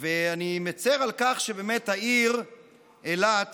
ואני מצר על כך שהעיר אילת